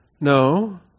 No